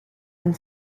and